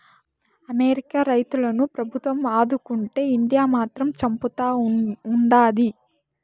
America రైతులను ప్రభుత్వం ఆదుకుంటే ఇండియా మాత్రం చంపుతా ఉండాది